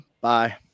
bye